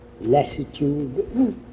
lassitude